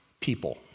people